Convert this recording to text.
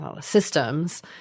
systems